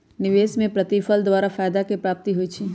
निवेश में प्रतिफल द्वारा फयदा के प्राप्ति होइ छइ